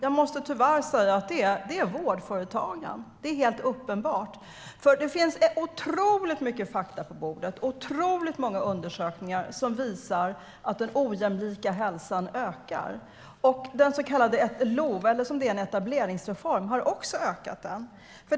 Jag måste tyvärr säga att det är vårdföretagen. Det är helt uppenbart, för det finns otroligt mycket fakta på bordet och otroligt många undersökningar som visar att den ojämlika hälsan ökar. Den så kallade LOV, etableringsreformen, har bidragit till att öka den.